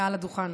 מעל הדוכן: